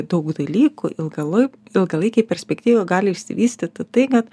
daug dalykų ilglaip ilgalaikėj perspektyvoj gali išsivystyti tai kad